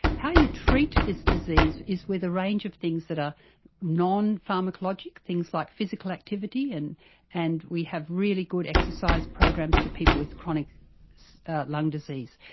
how you treat this disease is with a range of things that are non-pharmacologic, things like physical activity, and and we have really good exercise programs for people with chronic lung disease.